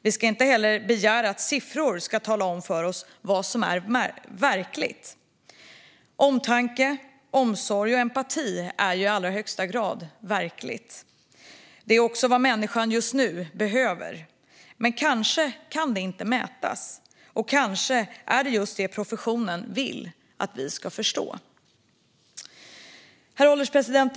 Vi ska inte heller begära att siffror ska tala om för oss vad som är verkligt. Omtanke, omsorg och empati är ju i allra högsta grad verkligt. Det är också vad människan just nu behöver - men kanske kan det inte mätas, och kanske är det just det professionen vill att vi ska förstå. Herr ålderspresident!